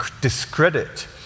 discredit